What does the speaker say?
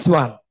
one